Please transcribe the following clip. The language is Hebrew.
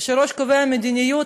וכשהראש קובע מדיניות,